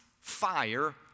fire